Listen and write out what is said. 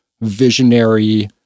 visionary